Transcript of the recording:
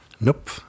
Nope